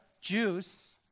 juice